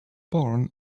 born